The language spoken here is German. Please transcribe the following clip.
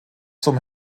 zum